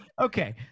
Okay